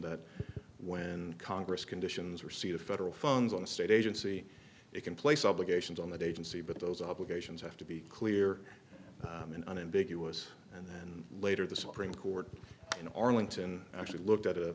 that when congress conditions are seat of federal funds on a state agency it can place obligations on that agency but those obligations have to be clear and unambiguous and then later the supreme court in arlington actually looked at